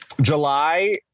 July